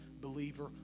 believer